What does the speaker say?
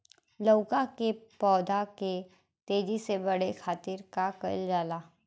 लउका के पौधा के तेजी से बढ़े खातीर का कइल जाला?